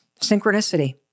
synchronicity